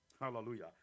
Hallelujah